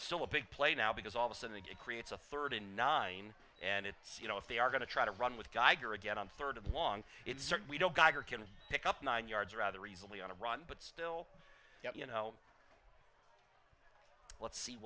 so a big play now because all this and it creates a third and nine and it's you know if they are going to try to run with geiger again on third of the long it certainly don't giger can pick up nine yards rather easily on a run but still you know let's see